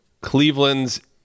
Cleveland's